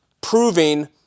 proving